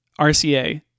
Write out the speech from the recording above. RCA